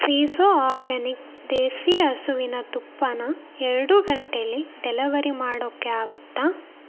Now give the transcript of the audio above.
Fresho organic ದೇಸಿ ಹಸುವಿನ ತುಪ್ಪನ ಎರಡು ಗಂಟೇಲಿ ಡೆಲವರಿ ಮಾಡೋಕೆ ಆಗುತ್ತಾ